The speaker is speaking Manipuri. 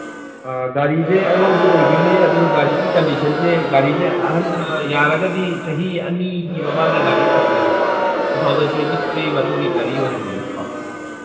ꯑꯥ ꯒꯥꯔꯤꯁꯦ ꯑꯉꯧꯕ ꯑꯣꯏꯗꯣꯏꯅꯦ ꯑꯗꯨ ꯒꯥꯔꯤꯒꯤ ꯀꯟꯗꯤꯁꯟꯁꯦ ꯒꯥꯔꯤꯁꯦ ꯑꯍꯟꯕ ꯌꯥꯔꯒꯗꯤ ꯆꯍꯤ ꯑꯅꯤꯒꯤ ꯃꯃꯥꯡꯒꯤ ꯒꯥꯔꯤ ꯑꯣꯏꯍꯟꯗꯕꯀꯣ ꯇꯨ ꯊꯥꯎꯖꯟ ꯇ꯭ꯋꯦꯟꯇꯤ ꯊ꯭ꯔꯤ ꯃꯇꯨꯡꯒꯤ ꯒꯥꯔꯤ ꯑꯣꯏꯍꯟꯕꯤꯌꯨꯀꯣ